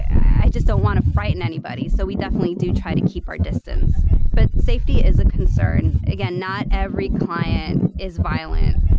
i just don't want to frighten anybody so we definitely do try to keep our distance but safety is a concern. again not every client is violent.